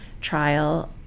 trial